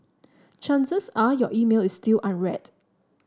chances are your email is still unread